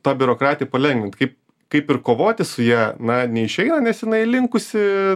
tą biurokratiją palengvint kaip kaip ir kovoti su ja na neišeina nes jinai linkusi